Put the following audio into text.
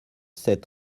sept